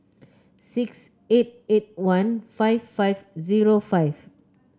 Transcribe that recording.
six eight eight one five five zero five